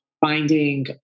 finding